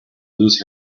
lose